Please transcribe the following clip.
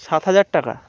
সাত হাজার টাকা